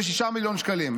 26 מיליון שקלים,